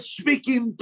speaking